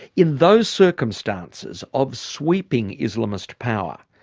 in those circumstances of sweeping islamist power,